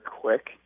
quick